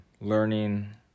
learning